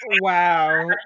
Wow